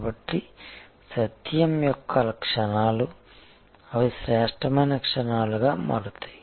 కాబట్టి సత్యం యొక్క క్షణాలు అవి శ్రేష్ఠమైన క్షణాలుగా మారతాయి